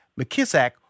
McKissack